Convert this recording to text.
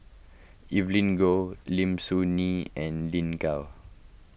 Evelyn Goh Lim Soo Ngee and Lin Gao